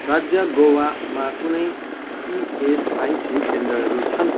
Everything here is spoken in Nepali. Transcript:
राज्य गोवामा कुनै इएसआइसी केन्द्रहरू छन्